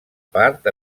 part